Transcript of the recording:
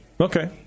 Okay